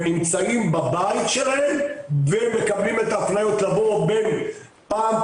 נמצאים בבית שלהם ומקבלים את ההפניות לבוא בין פעם,